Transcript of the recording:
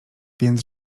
więc